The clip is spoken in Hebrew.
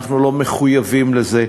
אנחנו לא מחויבים לזה,